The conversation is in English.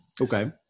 Okay